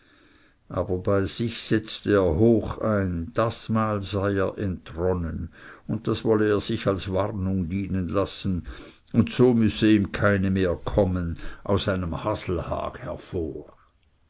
aber bei sich setzte er hoch ein dasmal sei er entronnen und das wolle er sich als warnung dienen lassen und so müß ihm keine mehr kommen aus einem haselhag hervor